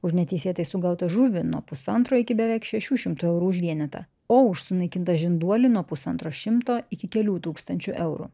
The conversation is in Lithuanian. už neteisėtai sugautą žuvį nuo pusantro iki beveik šešių šimtų eurų už vienetą o už sunaikintą žinduolį nuo pusantro šimto iki kelių tūkstančių eurų